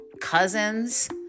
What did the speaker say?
cousins